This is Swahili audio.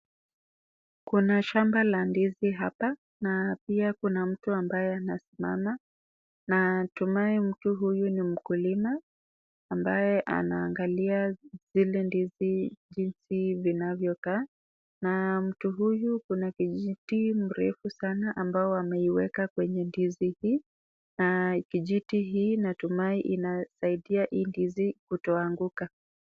Kuna shamba la ndizi hapa na pia kuna mtu ambaye anasimama na natumai mtu huyu ni mkulima ambaye anaangalia zile ndizi jinsi zinavyokaa na mtu huyu ako na kijiti mrefu sana na ameiweka kwenye ndizi hii na kijiti hii natumai inasaidia hii ndizi kutoanguka.